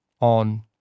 on